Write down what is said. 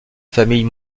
famille